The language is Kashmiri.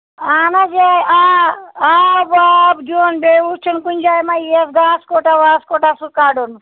اَہَن حظ یہِ ہے آب واب دیُن بیٚیہِ وُچھُن کُنہِ جایہِ ما یِیَس گاسہٕ کوٚٹاہ واسہٕ کوٚٹاہ سُہ کَڈُن